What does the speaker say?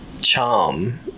charm